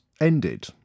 ended